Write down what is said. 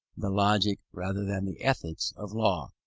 the logic rather than the ethics of law.